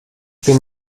bin